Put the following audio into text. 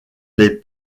lès